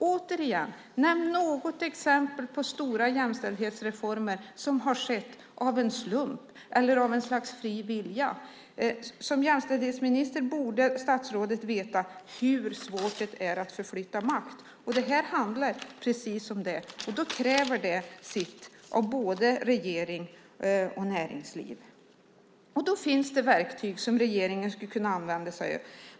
Återigen: Nämn något exempel på stora jämställdhetsreformer som har skett av en slump eller av ett slags fri vilja! Som jämställdhetsminister borde statsrådet veta hur svårt det är att förflytta makt. Det här handlar precis om det. Då kräver det sitt av både regering och näringsliv. Då finns det verktyg som regeringen skulle kunna använda sig av.